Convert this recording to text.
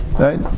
Right